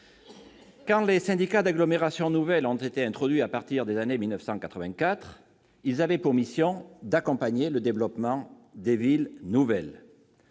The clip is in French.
Quand les syndicats d'agglomération nouvelle ont été introduits à partir de 1984, ils avaient pour mission d'accompagner le développement des villes nouvelles.